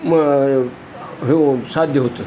म हे साध्य होतं